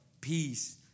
peace